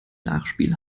nachspiel